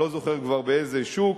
אני כבר לא זוכר באיזה שוק,